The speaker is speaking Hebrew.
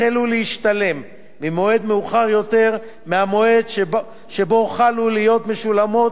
מאוחר יותר מהמועד שבו החלו להיות משולמות לגמלאי שירות המדינה,